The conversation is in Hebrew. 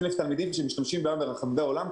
אלף תלמידים שמשתמשים כיום ברחבי העולם,